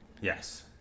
Yes